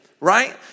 right